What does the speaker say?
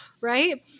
right